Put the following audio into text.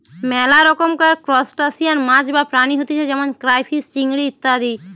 মেলা রকমকার ত্রুসটাসিয়ান মাছ বা প্রাণী হতিছে যেমন ক্রাইফিষ, চিংড়ি ইত্যাদি